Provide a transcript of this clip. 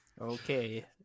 Okay